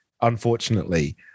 unfortunately